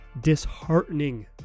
disheartening